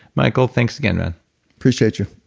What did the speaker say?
michael, thanks again man appreciate you